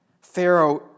Pharaoh